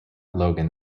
logan